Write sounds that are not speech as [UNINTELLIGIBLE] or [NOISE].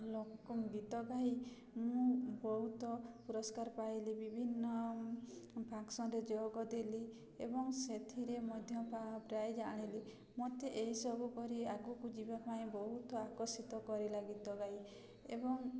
[UNINTELLIGIBLE] ଗୀତ ଗାଇ ମୁଁ ବହୁତ ପୁରସ୍କାର ପାଇଲି ବିଭିନ୍ନ ଫଙ୍କ୍ସନ୍ରେ ଯୋଗ ଦେଲି ଏବଂ ସେଥିରେ ମଧ୍ୟ ପ୍ରାଇଜ୍ ଆଣିଲି ମତେ ଏହିସବୁ କରି ଆଗକୁ ଯିବା ପାଇଁ ବହୁତ ଆକର୍ଷିତ କରିଲା ଗୀତ ଗାଇ ଏବଂ